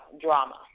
drama